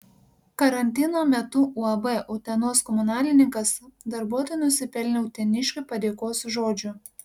karantino metu uab utenos komunalininkas darbuotojai nusipelnė uteniškių padėkos žodžių